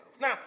Now